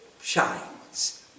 shines